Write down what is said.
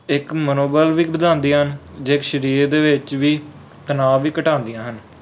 ਇੱਕ ਮਨੋਬਲ ਵੀ ਵਧਾਉਂਦੀਆਂ ਹਨ ਜੇ ਸਰੀਰ ਦੇ ਵਿੱਚ ਵੀ ਤਨਾਅ ਵੀ ਘਟਾਉਂਦੀਆਂ ਹਨ